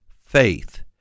faith